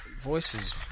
voices